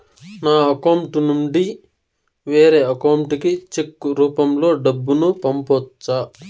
నా అకౌంట్ నుండి వేరే అకౌంట్ కి చెక్కు రూపం లో డబ్బును పంపొచ్చా?